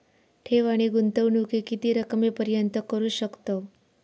ठेव आणि गुंतवणूकी किती रकमेपर्यंत करू शकतव?